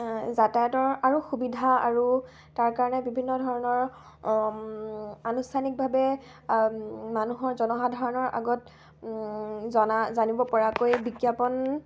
যাতায়তৰ আৰু সুবিধা আৰু তাৰ কাৰণে বিভিন্ন ধৰণৰ আনুষ্ঠানিকভাৱে মানুহৰ জনসাধাৰণৰ আগত জনা জানিব পৰাকৈ বিজ্ঞাপন